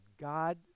God